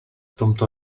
tomto